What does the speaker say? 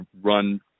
run